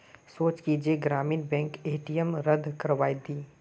सोच छि जे ग्रामीण बैंकेर ए.टी.एम रद्द करवइ दी